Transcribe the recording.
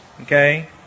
Okay